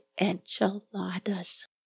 Enchiladas